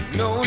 no